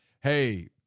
hey